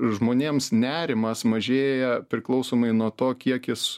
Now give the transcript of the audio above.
žmonėms nerimas mažėja priklausomai nuo to kiek jis